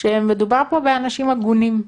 שמדובר פה באנשים הגונים.